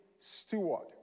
Steward